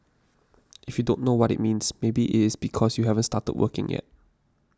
if you don't know what it means maybe it's because you haven't started working yet